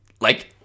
Like-